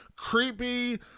creepy